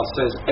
says